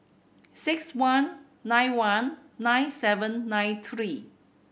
six one nine one nine seven nine three